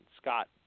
Scott